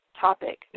topic